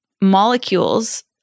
molecules